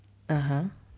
(uh huh)